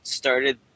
started